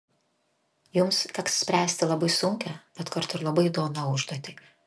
jums teks spręsti labai sunkią bet kartu ir labai įdomią užduotį